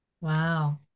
Wow